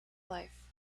life